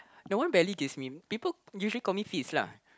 no one barely gives me people usually call me Fiz lah